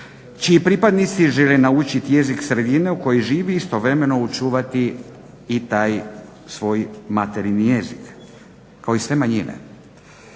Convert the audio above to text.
čiji pripadnici žele naučiti jezik sredine u kojoj žive i istovremeno očuvati i taj svoj materinji jezik kao i sve manjine.